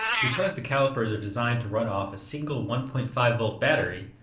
because the calipers are designed to run off a single one point five volt battery,